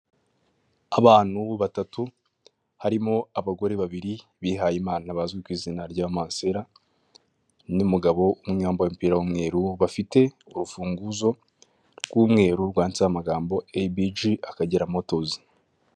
Abantu batatu harimo abagore babiri bihaye Imana bazwi ku izina ry'abamansela n'umugabo umwe wambaye umupira w'umweru bafite urufunguzo rw'umweru rwanditseho amagambo Eyibiji Akagira Moto.